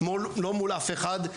לא מול אף אחד.